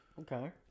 Okay